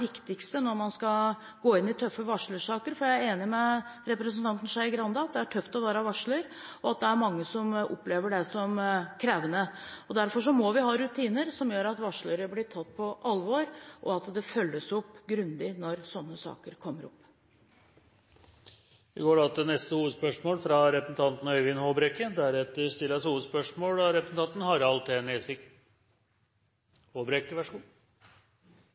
viktigste når man skal gå inn i tøffe varslersaker. Jeg er enig med representanten Skei Grande i at det er tøft å være varsler, og at det er mange som opplever det som krevende. Derfor må vi ha rutiner som gjør at varslere blir tatt på alvor, og at det følges opp grundig når sånne saker kommer opp. Da går vi til neste hovedspørsmål.